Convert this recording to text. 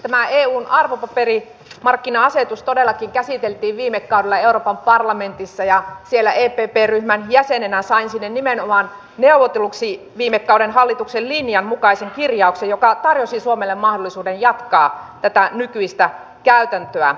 tämä eun arvopaperimarkkina asetus todellakin käsiteltiin viime kaudella euroopan parlamentissa ja siellä epp ryhmän jäsenenä sain sinne nimenomaan neuvotelluksi viime kauden hallituksen linjan mukaisen kirjauksen joka tarjosi suomelle mahdollisuuden jatkaa tätä nykyistä käytäntöä